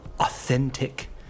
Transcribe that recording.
Authentic